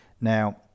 Now